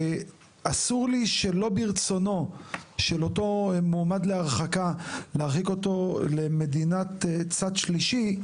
ואסור לי שלא ברצונו של אותו מועמד להרחקה להרחיק אותו למדינת צד שלישי,